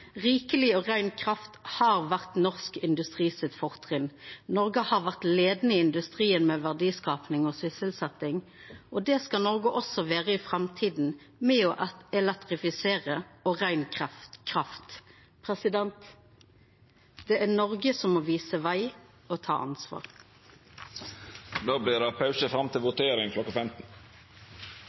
rein kraft har vore fortrinnet til norsk industri. Noreg har vore leiande i industrien med verdiskaping og sysselsetting, og det skal Noreg også vera i framtida, ved å elektrifisera og ved rein kraft. Det er Noreg som må visa veg og ta ansvar. Då vert det pause i sak nr. 13 for å gå til votering.